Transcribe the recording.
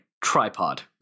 Tripod